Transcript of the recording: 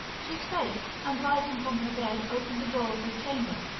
she spake, and rising from her bed opened the door of her chamber,